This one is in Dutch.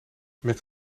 met